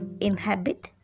inhabit